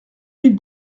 mille